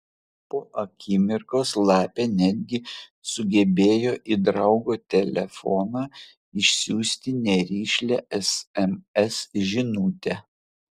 po akimirkos lapė netgi sugebėjo į draugo telefoną išsiųsti nerišlią sms žinutę